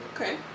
okay